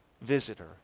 visitor